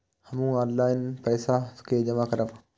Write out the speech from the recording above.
हमू ऑनलाईनपेसा के जमा करब?